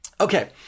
okay